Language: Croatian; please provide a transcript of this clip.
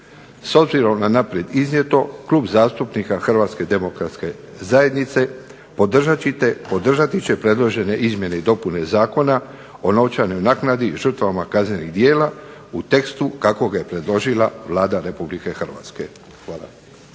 S obzirom na naprijed iznijeto Klub zastupnika Hrvatske demokratske zajednice podržati će predložene izmjene i dopune Zakona o novčanoj naknadi žrtvama kaznenih djela, u tekstu kako ga je predložila Vlada Republike Hrvatske. Hvala.